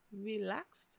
relaxed